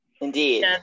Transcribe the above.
Indeed